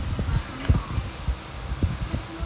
ya again